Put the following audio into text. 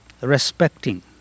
respecting